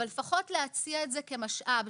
לפחות להציע את זה כמשאב,